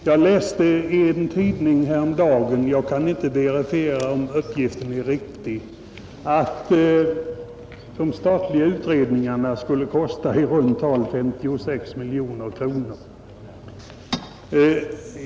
Jag läste i en tidning häromdagen — jag kan inte verifiera uppgiften — att de statliga utredningarna skulle kosta i runt tal 56 miljoner kronor.